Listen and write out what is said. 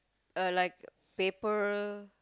uh like paper